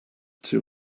two